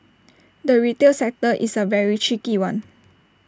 the retail sector is A very tricky one